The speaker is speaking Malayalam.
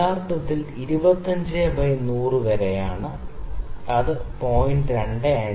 ഇത് യഥാർത്ഥത്തിൽ 25 100 വരെയാണ് ഇത് 0